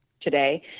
today